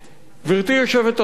גברתי היושבת-ראש,